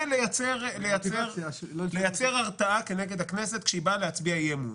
זה כדי לייצר הרתעה כנגד הכנסת כשהיא באה להצביע אי-אמון.